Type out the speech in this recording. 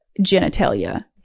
genitalia